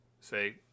say